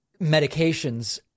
medications